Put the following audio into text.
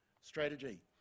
strategy